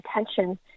attention